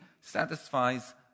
satisfies